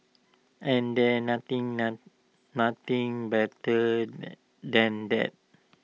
and there's nothing noun nothing better than that